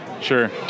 Sure